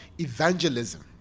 evangelism